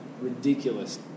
ridiculous